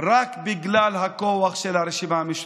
רק בגלל הכוח של הרשימה המשותפת.